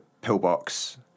pillbox